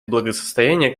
благосостояние